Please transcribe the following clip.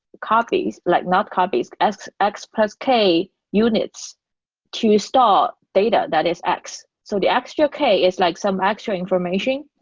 copies. like not copies. x x plus k units to start data that is x. so the extra k is like some actual information,